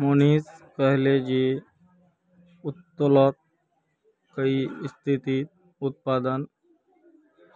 मोहनीश कहले जे उत्तोलन कई स्थितित उत्पन्न